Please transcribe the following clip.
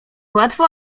łatwa